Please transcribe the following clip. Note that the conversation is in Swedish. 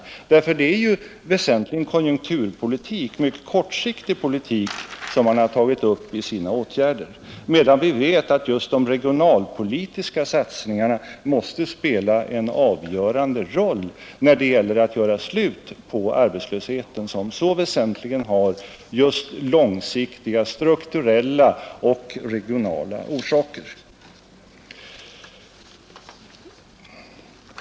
Därför att det är ju väsentligen konjunkturpolitik, mycket kortsiktig politik, som man har tagit upp i sina åtgärder, medan vi vet att just de regionalpolitiska satsningarna måste spela en avgörande roll när det gäller att göra slut på arbetslösheten, som så väsentligen har just långsiktiga, strukturella och regionala orsaker.